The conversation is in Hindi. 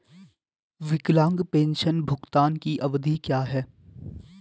विकलांग पेंशन भुगतान की अवधि क्या है?